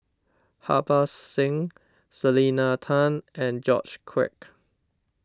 Harbans Singh Selena Tan and George Quek